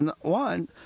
one